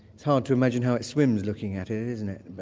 it's hard to imagine how it swims looking at it, isn't it? and but